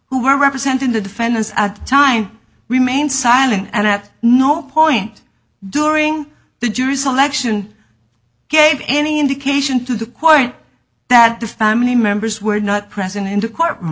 who were representing the defendants at the time remained silent and at no point during the jury selection gave any indication to the quiet that the family members were not present in the c